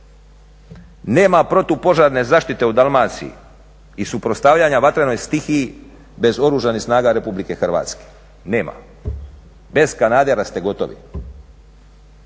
Nema protupožarne zaštite u Dalmaciji i suprotstavljanja vatrenoj stihiji bez Oružanih snaga RH, nema. Bez kanadera ste gotovi.